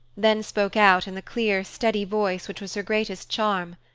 then spoke out in the clear, steady voice which was her greatest charm,